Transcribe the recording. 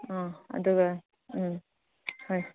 ꯑꯥ ꯑꯗꯨꯒ ꯎꯝ ꯍꯣꯏ